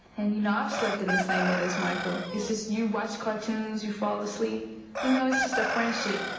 and you know have slept in the same bed as michael. it's just you watch cartoon, you fall asleep you know it's just a friendship.